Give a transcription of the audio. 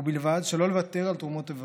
ובלבד שלא לוותר על תרומות איברים.